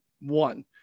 one